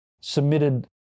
submitted